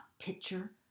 picture